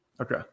Okay